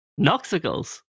Noxicals